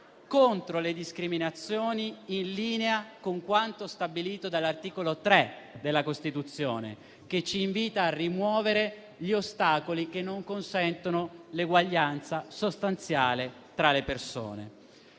contro le discriminazioni, in linea con quanto stabilito dall'articolo 3 della Costituzione, che ci invita a rimuovere gli ostacoli che non consentono l'eguaglianza sostanziale tra le persone.